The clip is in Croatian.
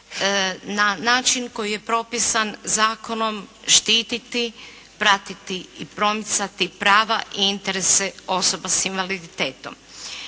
na način koji je propisan zakonom štiti, pratiti i promicati prava i interese osoba sa invaliditetom.